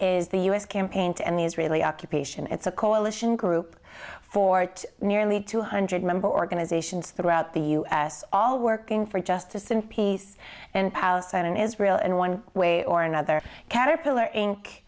is the us campaign to end the israeli occupation it's a coalition group for it nearly two hundred member organizations throughout the u s all working for justice and peace in palestine in israel in one way or another caterpillar in